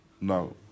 No